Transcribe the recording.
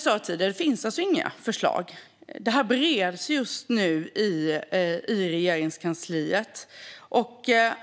Men det finns som sagt inga förslag. Det här bereds just nu i Regeringskansliet.